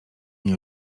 nie